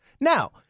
Now